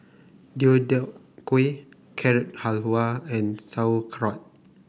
Deodeok Gui Carrot Halwa and Sauerkraut